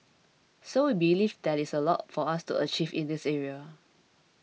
so we believe there is a lot for us to achieve in this area